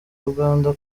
uganda